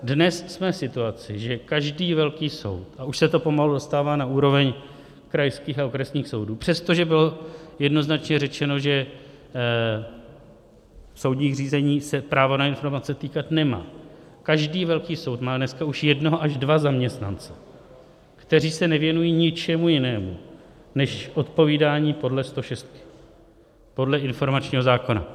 Dnes jsme v situaci, že každý velký soud a už se to pomalu dostává na úroveň krajských a okresních soudů, přestože bylo jednoznačně řečeno, že soudních řízení se právo na informace týkat nemá má dneska už jednoho až dva zaměstnance, kteří se nevěnují ničemu jinému než odpovídání podle stošestky, podle informačního zákona.